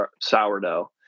sourdough